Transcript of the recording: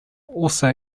also